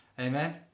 Amen